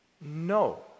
No